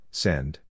send